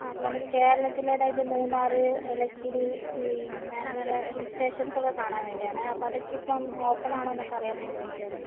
ആ അപ്പോൾ നമുക്ക് കേരളത്തിലെ അതായത് മൂന്നാർ ലക്കിടി പിന്നെ അങ്ങനെയുള്ള ഹിൽ സ്റ്റേഷൻസ് ഒക്കെ കാണാൻ വേണ്ടിയാണേ അപ്പോൾ അതൊക്കെ ഇപ്പം ഓപ്പൺ ആണോ എന്നൊക്കെ അറിയാൻ വേണ്ടി വിളിച്ചതായിരുന്നു